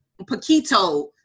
paquito